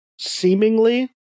seemingly